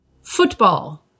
Football